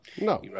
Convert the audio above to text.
No